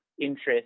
interest